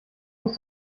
was